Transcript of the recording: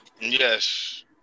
Yes